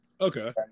Okay